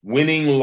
Winning